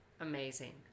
Amazing